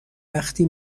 وقتی